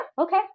okay